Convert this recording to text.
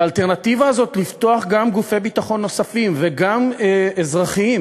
והאלטרנטיבה הזאת לפתוח גם גופי ביטחון נוספים וגם אזרחיים,